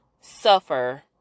suffer